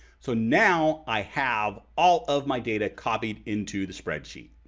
so now i have all of my data copied into the spreadsheet.